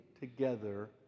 together